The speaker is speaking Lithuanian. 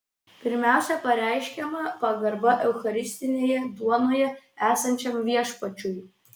pirmiausia pareiškiama pagarba eucharistinėje duonoje esančiam viešpačiui